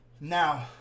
Now